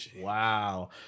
wow